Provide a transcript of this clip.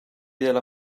della